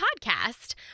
podcast